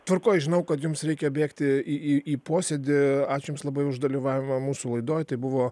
tvarkoj žinau kad jums reikia bėgti į į į posėdį aš jums labai už dalyvavimą mūsų laidoj buvo